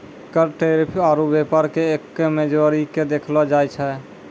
कर टैरिफ आरू व्यापार के एक्कै मे जोड़ीके देखलो जाए छै